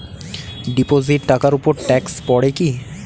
Deposit টাকার উপর tax পড়ে কি?